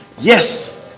yes